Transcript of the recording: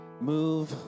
move